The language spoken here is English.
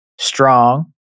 strong